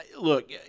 Look